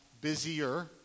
busier